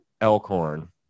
Elkhorn